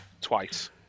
twice